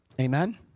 Amen